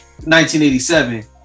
1987